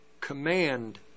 command